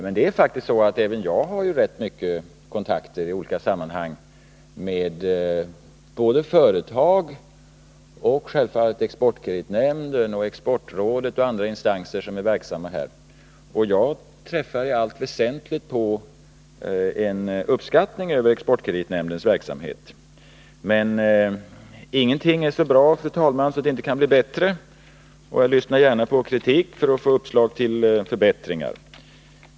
Men det är faktiskt så att även jag har rätt mycket kontakter i olika sammanhang med både företag, och självfallet, exportkreditnämnden och andra instanser, som är verksamma på detta område, och jag träffar i allt väsentligt på en uppskattning över exportkreditnämndens verksamhet. Men ingenting är så bra, fru talman, att det inte kan bli bättre, och jag lyssnar gärna till kritik för att få uppslag till förbättringar.